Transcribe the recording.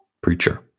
preacher